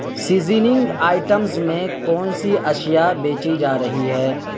seasoning items میں کون سی اشیا بیچی جا رہی ہے